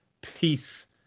peace